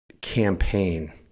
campaign